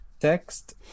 Text